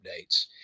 updates